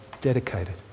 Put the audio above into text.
dedicated